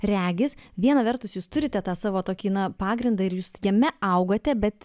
regis viena vertus jūs turite tą savo tokį na pagrindą ir jūs jame augote bet